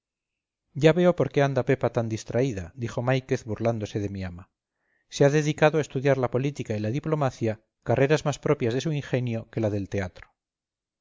ya veo por qué anda pepa tan distraída dijo máiquez burlándose de mi ama se ha dedicado a estudiar la política y la diplomacia carreras más propias de su ingenio que la del teatro